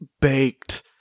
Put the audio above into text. baked